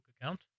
account